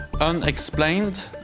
unexplained